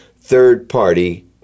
third-party